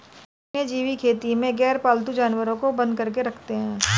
वन्यजीव खेती में गैरपालतू जानवर को बंद करके रखते हैं